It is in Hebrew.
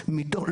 אלה שלא משלמים,